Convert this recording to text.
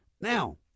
Now